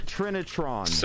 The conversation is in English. Trinitron